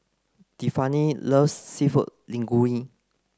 Tiffani loves Seafood Linguine